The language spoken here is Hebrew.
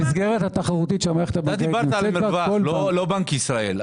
אתה דיברת על מרווח, לא בנק ישראל.